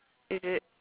is it